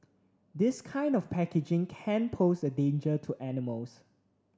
this kind of packaging can pose a danger to animals